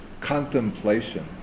contemplation